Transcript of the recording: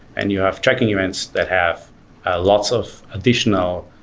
and you have tracking events that have lots of additional,